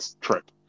trip